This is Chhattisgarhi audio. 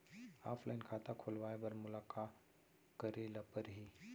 ऑफलाइन खाता खोलवाय बर मोला का करे ल परही?